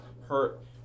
hurt